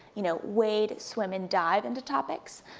you know, wade, swim, and dive into topics.